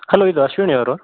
hello ಇದು ಅಶ್ವಿನಿ ಅವರ